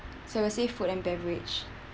so we'll say food and beverage